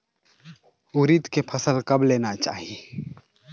उरीद के फसल कब लेना चाही?